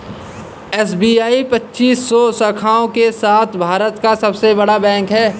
SBI पच्चीस सौ शाखाओं के साथ भारत का सबसे बड़ा बैंक है